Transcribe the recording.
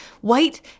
white